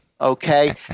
Okay